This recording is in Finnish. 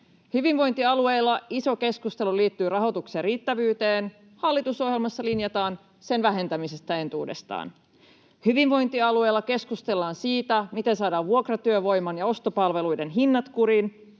Hyvinvointialueilla iso keskustelu liittyy rahoituksen riittävyyteen — hallitusohjelmassa linjataan sen vähentämisestä entuudestaan. Hyvinvointialueilla keskustellaan siitä, miten saadaan vuokratyövoiman ja ostopalveluiden hinnat kuriin